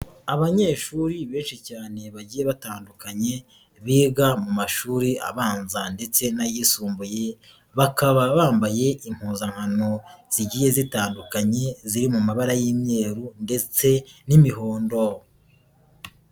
Abanyeshuri benshi cyane bagiye batandukanye, biga mu mashuri abanza ndetse n'ayisumbuye, bakaba bambaye impuzankano zigiye zitandukanye ziri mu mabara y'imyeru ndetse n'imihondo.